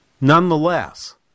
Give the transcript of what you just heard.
Nonetheless